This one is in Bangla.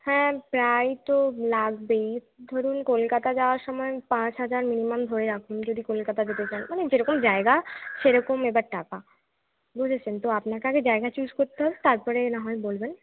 হ্যাঁ প্রায় তো লাগবেই ধরুন কলকাতা যাওয়ার সমান পাঁচ হাজার মিনিমাম ধরে রাখুন যদি কলকাতা যেতে চান মানে যেরকম জায়গা সেরকম এবার টাকা বুঝেছেন তো আপনাকে আগে জায়গা চুজ করতে হবে তারপরে না হয় বলবেন